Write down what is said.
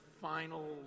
final